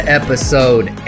episode